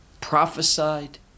prophesied